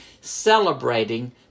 celebrating